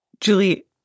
Julie